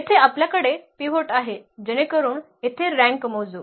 येथे आपल्याकडे पिव्होट आहे जेणेकरून येथे रँक मोजू